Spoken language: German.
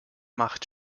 macht